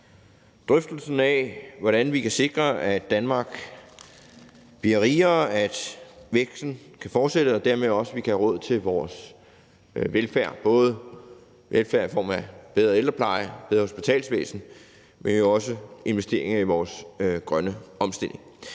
drøftelsen af, hvordan vi kan sikre, at Danmark bliver rigere, at væksten kan fortsætte og vi dermed også kan have råd til vores velfærd, både i form af bedre ældrepleje og bedre hospitalsvæsen, men jo også investeringer i vores grønne omstilling.